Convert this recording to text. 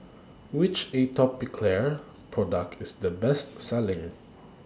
Which Atopiclair Product IS The Best Selling